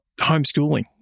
homeschooling